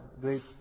great